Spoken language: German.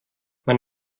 man